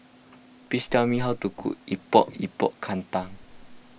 please tell me how to cook Epok Epok Kentang